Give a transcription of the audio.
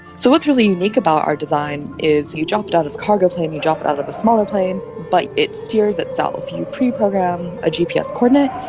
so what's really unique about our design is you drop it out of a cargo plane, you drop it out of a smaller plane, but it steers itself. you pre-program a gps coordinate,